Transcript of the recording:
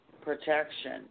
protection